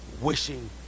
wishing